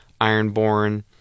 Ironborn